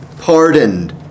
pardoned